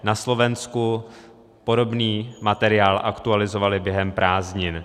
Na Slovensku podobný materiál aktualizovali během prázdnin.